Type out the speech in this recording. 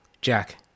Jack